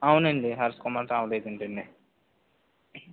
అవునండి Harshakumar travel agency అండి